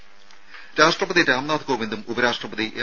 രും രാഷ്ട്രപതി രാംനാഥ് കോവിന്ദും ഉപരാഷ്ട്രപതി എം